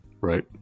Right